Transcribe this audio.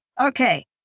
Okay